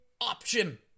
option